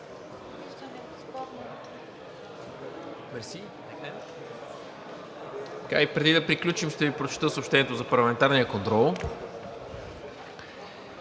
Преди да приключим, ще Ви прочета съобщението за парламентарния контрол.